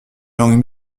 langues